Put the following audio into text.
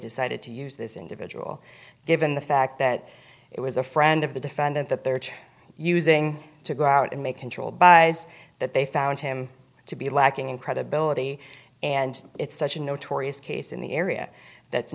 decided to use this individual given the fact that it was a friend of the defendant that they're using to go out and make controlled by that they found him to be lacking in credibility and it's such a notorious case in the area that's